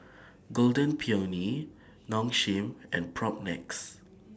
Golden Peony Nong Shim and Propnex